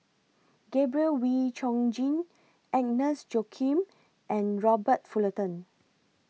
Gabriel Oon Chong Jin Agnes Joaquim and Robert Fullerton